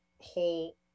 whole